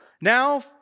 Now